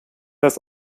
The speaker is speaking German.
das